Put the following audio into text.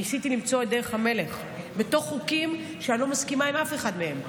ניסיתי למצוא את דרך המלך בתוך חוקים שאני לא מסכימה עם אף אחד מהם,